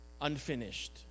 unfinished